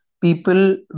People